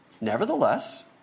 nevertheless